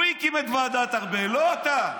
הוא הקים את ועדת ארבל, לא אתה.